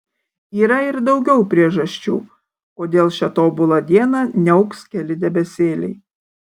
yra ir daugiau priežasčių kodėl šią tobulą dieną niauks keli debesėliai